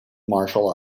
martial